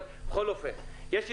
אבל בכל אופן, יש הסתייגויות.